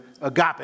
agape